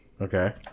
Okay